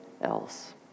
else